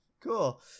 cool